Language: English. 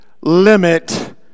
limit